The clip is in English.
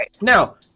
Now